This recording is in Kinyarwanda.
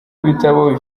ibitabo